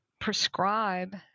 prescribe